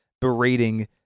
berating